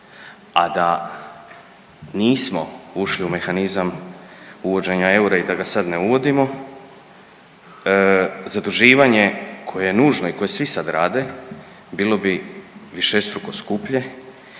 A da nismo ušli u mehanizam uvođenja eura i da ga sad ne uvodimo zaduživanje koje je nužno i koje svi sad rade bilo bi višestruko skuplje,